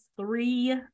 three